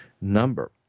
number